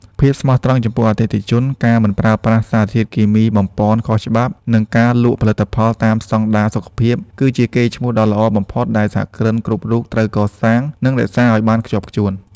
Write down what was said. ភាពស្មោះត្រង់ចំពោះអតិថិជន ការមិនប្រើប្រាស់សារធាតុគីមីបំប៉នខុសច្បាប់ និងការលក់ផលិតផលតាមស្ដង់ដារសុខភាព គឺជាកេរ្តិ៍ឈ្មោះដ៏ល្អបំផុតដែលសហគ្រិនគ្រប់រូបត្រូវកសាង និងរក្សាឱ្យបានខ្ជាប់ខ្ជួន។